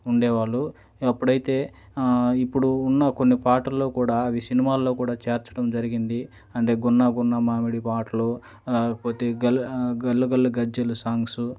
ఉండే వాళ్ళు అప్పుడైతే ఇప్పుడు ఉన్న కొన్ని పాటల్లో కూడా అవి సినిమాల్లో కూడా చేర్చటం జరిగింది అంటే గున్నాగున్నా మామిడి పాటలు పోతే గల్ గల్లు గల్లు గజ్జలు సాంగ్స్